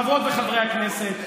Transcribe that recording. חברות וחברי הכנסת,